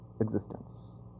existence